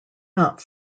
not